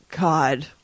God